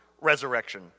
resurrection